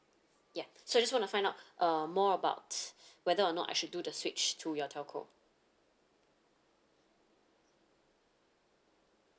ya so I just want to find out uh more about whether or not I should do the switch to your telco